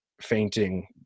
fainting